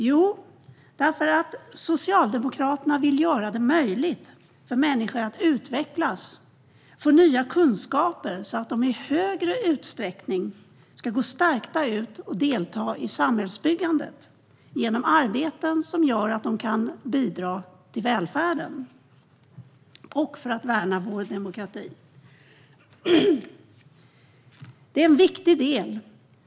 Jo, därför att Socialdemokraterna vill göra det möjligt för människor att utvecklas och få nya kunskaper så att de i större utsträckning ska gå stärkta ut och delta i samhällsbyggandet, genom arbeten som gör att de kan bidra till välfärden och värna vår demokrati.